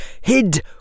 hid